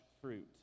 fruit